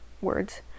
words